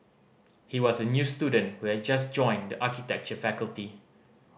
he was a new student who had just joined the architecture faculty